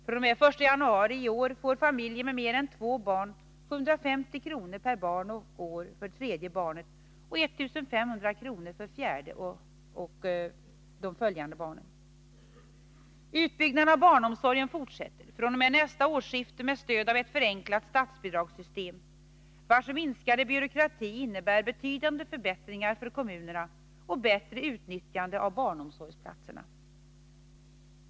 fr.o.m. den 1 januari i år får familjer med mer än två barn 750 kr. per barn och år för tredje barnet och 1500 kr. för det fjärde och de följande barnen. Utbyggnaden av barnomsorgen fortsätter — fr.o.m. nästa årsskifte med stöd av ett förenklat statsbidragssystem, vars minskade byråkrati innebär betydande förbättringar för kommunerna och bättre utnyttjande av barnomsorgsplatserna.